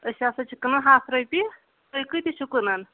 أسۍ ہسا چھِ کٕنان ہتھ رۄپیہ تُہۍ کۭتِس چھو کٕنان